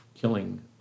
killing